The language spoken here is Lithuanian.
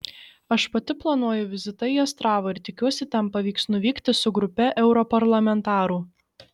aš pati planuoju vizitą į astravą ir tikiuosi ten pavyks nuvykti su grupe europarlamentarų